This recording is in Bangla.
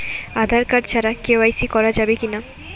আঁধার কার্ড ছাড়া কে.ওয়াই.সি করা যাবে কি না?